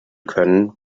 können